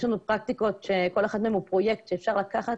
יש לנו פרקטיקות שכל אחת מהן הוא פרויקט שאפשר לקחת,